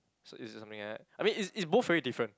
so is it something like that I mean it's it's both very different